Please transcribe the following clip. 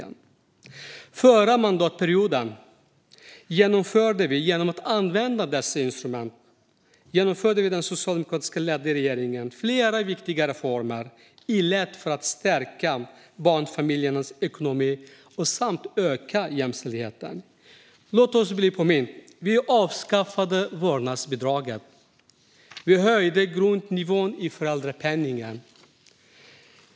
Under den förra mandatperioden genomförde den socialdemokratiskt ledda regeringen genom att använda dessa instrument flera viktiga reformer i led för att stärka barnfamiljernas ekonomi samt öka jämställdheten. Låt oss bli påminda. Vi avskaffade vårdnadsbidraget. Vi höjde grundnivån i föräldrapenningen.